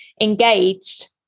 engaged